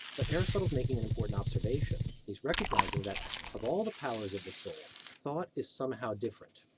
but aristotle is making an important observation he's recognizing that of all the powers of the soul, thought is somehow different.